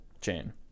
chain